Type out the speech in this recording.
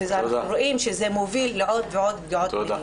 ואנחנו רואים שזה מוביל לעוד ולעוד נפגעות מיניות.